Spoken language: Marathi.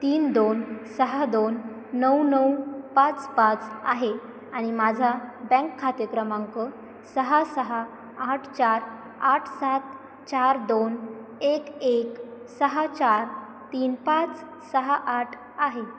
तीन दोन सहा दोन नऊ नऊ पाच पाच आहे आणि माझा बँक खाते क्रमांक सहा सहा आठ चार आठ सात चार दोन एक एक सहा चार तीन पाच सहा आठ आहे